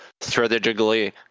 strategically